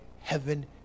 heaven